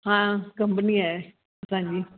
हा कंपनी आहे असांजी